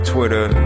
Twitter